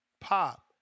pop